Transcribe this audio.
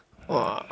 !wah!